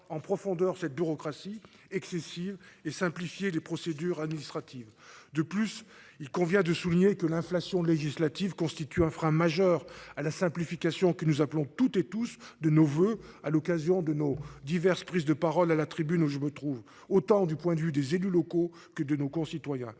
en profondeur cette bureaucratie excessive et simplifier les procédures administratives de plus, il convient de souligner que l'inflation législative constitue un frein majeur à la simplification que nous appelons toutes et tous de nos voeux à l'occasion de nos diverses prises de parole à la tribune où je me trouve autant du point de vue des élus locaux que de nos concitoyens.